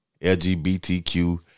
LGBTQ